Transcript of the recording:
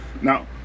Now